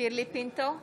שירלי פינטו קדוש,